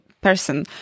person